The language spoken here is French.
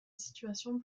situation